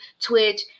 Twitch